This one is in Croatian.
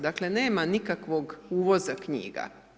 Dakle nema nikakvog uvoza knjiga.